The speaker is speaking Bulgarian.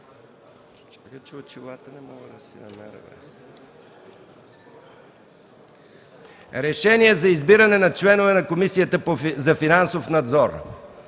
РЕШЕНИЕ за избиране на членове на Комисията за финансов надзор